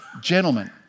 Gentlemen